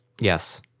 Yes